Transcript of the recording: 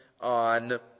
on